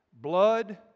Blood